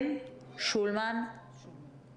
תישארי סגורה.